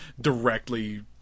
directly